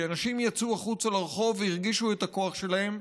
כי אנשים יצאו החוצה לרחוב והרגישו את הכוח שלהם,